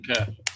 Okay